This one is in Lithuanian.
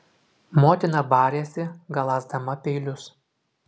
motina barėsi galąsdama peilius